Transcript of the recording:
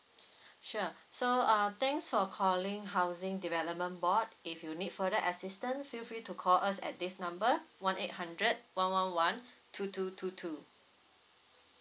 sure so uh thanks for calling housing development board if you need further assistance feel free to call us at this number one eight hundred one one one two two two two